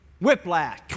whiplash